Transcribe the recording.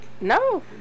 No